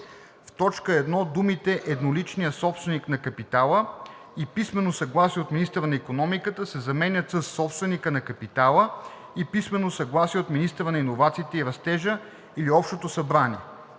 в т. 1 думите „едноличния собственик на капитала и писмено съгласие от министъра на икономиката“ се заменят със „собственика на капитала и писмено съгласие от министъра на иновациите и растежа или общото събрание“;